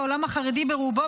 בעולם החרדי ברובו,